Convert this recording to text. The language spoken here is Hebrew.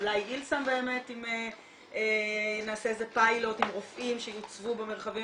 אולי איל סם באמת אם נעשה פיילוט עם רופאים שיוצבו במרחבים